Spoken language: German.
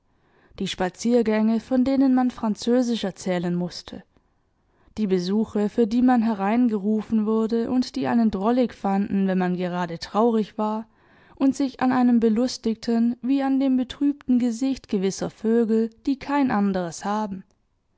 die spaziergänge von denen man französisch erzählen mußte die besuche für die man hereingerufen wurde und die einen drollig fanden wenn man gerade traurig war und sich an einem belustigten wie an dem betrübten gesicht gewisser vögel die kein anderes haben